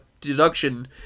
deduction